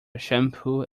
shampoo